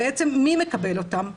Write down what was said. בעצם מי מקבל אותם?